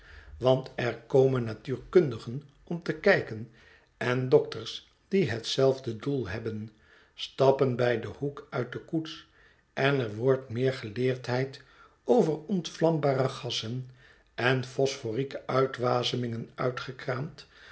want er komen natuurkundigen om te kijken en dokters die hetzelfde doel hebben stappen bij den hoek uit de koets en er wordt méér geleerdheid over ontvlambare gassen en